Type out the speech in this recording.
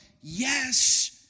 yes